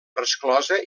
resclosa